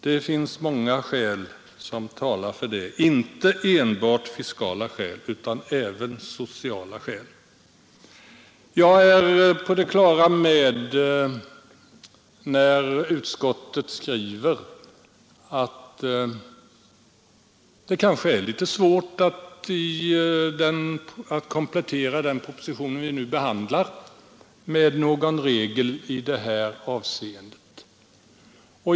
Det finns många skäl som talar för att sådan annonsering bör förbjudas — inte enbart fiskala skäl utan även sociala. Jag är på det klara med att det, som utskottet skriver, kanske är litet svårt att komplettera den proposition vi nu behandlar med en regel i detta avseende.